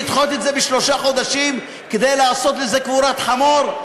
לדחות את זה בשלושה חודשים כדי לעשות לזה קבורת חמור,